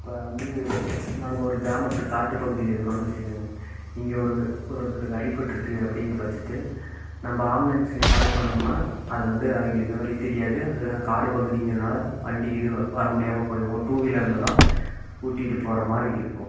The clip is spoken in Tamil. இப்போ வந்து நாங்கள் ஒரு கிராமத்து காட்டு பகுதியில இருக்கோன்னு வச்சிக்கோங்க இங்கே ஒரு ஒருத்தருக்கு அடிபட்டுருக்கு அப்படிங்குற பட்சத்தில் நம்ம ஆம்புலன்ஸ்ஸுக்கு கால் பண்ணோம்னா அது வந்து அவங்களுக்கு வழி தெரியாது அதுவும் காடு பகுதிங்குறனால வண்டி இது வரமுடியாம போயிரும் ஒரு டூவீலரில் தான் கூட்டிகிட்டு போறமாதிரி இருக்கும்